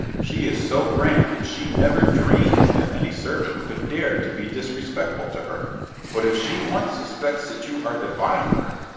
she is so grand that she never dreams that any servant could dare to be disrespectful to her but if she once suspects that you are defying her,